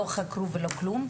לא חקרו ולא כלום?